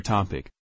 Topic